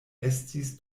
estis